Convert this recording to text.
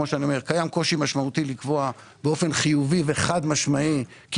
קיים קושי משמעותי לקבוע באופן חיובי וחד משמעי כי